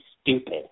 stupid